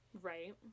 Right